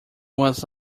was